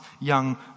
young